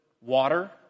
Water